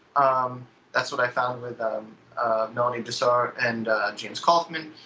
um that's what i found with maloney desar and james kaufman.